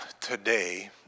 today